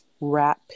wrap